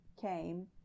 came